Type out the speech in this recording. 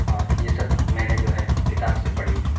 اور یہ سب میں نے جو ہے کتاب سے پڑھی ہے